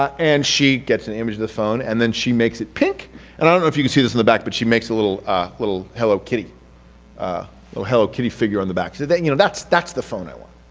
and she gets an image of the phone and then she makes it pink and i don't know if you can see this in the back, but she makes a ah little hello kitty a little hello kitty figure on the back, says you know that's that's the phone i want.